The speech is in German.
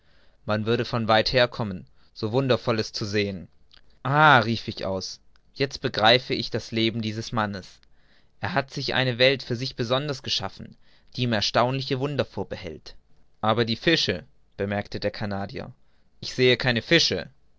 man würde weit her kommen so wundervolles zu sehen ah rief ich aus jetzt begreife ich das leben dieses mannes er hat sich eine welt für sich besonders geschaffen die ihm erstaunliche wunder vorbehält aber die fische bemerkte der canadier ich sehe keine fische